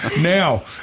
Now